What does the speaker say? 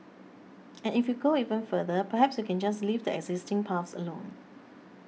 and if you go even further perhaps you can just leave the existing paths alone